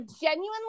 genuinely